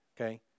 Okay